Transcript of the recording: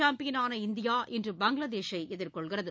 சாம்பியனான இந்தியா இன்று பங்களாதேஷை எதிர்கொள்கிறது